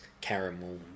Caramel